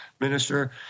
minister